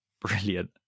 brilliant